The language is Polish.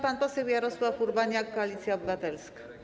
Pan poseł Jarosław Urbaniak, Koalicja Obywatelska.